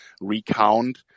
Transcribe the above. recount